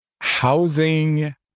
housing